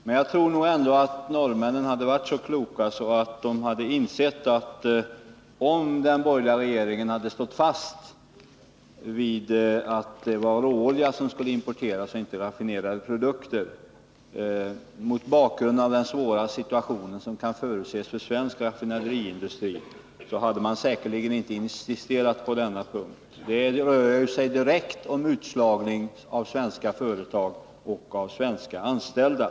Men jag tror ändå norrmännen hade varit så kloka att de, om den borgerliga regeringen hade stått fast vid att det var råolja som skulle importeras och inte raffinerade produkter, hade insett den svåra situation som kan förutses för svensk raffinaderiindustri och inte insisterat på denna punkt. Här rör det sig direkt om utslagning av svenska företag och av svenska anställda.